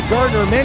Gardner